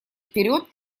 вперед